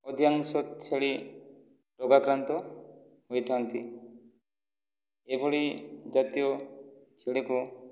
ଅଧିକାଂଶ ଛେଳି ରୋଗାକ୍ରାନ୍ତ ହୋଇଥାନ୍ତି ଏଭଳି ଜାତୀୟ ଛେଳିକୁ